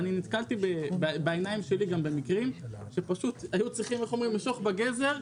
נתקלתי בעיניים שלי במקרים שפשוט היו צריכים לעשות "משוך בגזר",